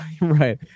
right